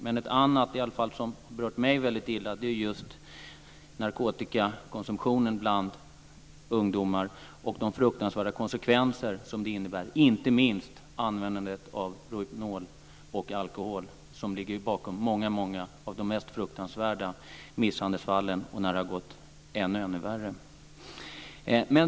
Men ett som har berört mig väldigt illa är just narkotikakonsumtionen bland ungdomar och de fruktansvärda konsekvenser som den får, inte minst användandet av Rohypnol och alkohol, som ligger bakom många av de mest fruktansvärda misshandelsfallen och fall där det har gått ännu värre.